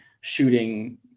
shooting